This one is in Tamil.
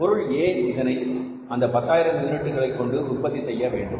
பொருள் A இதனை அந்த 10000 யூனிட்ட்கொண்டு உற்பத்தி செய்து முடிக்க வேண்டும்